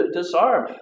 disarm